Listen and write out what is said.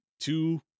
two